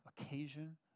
occasion